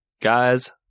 guys